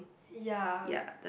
ya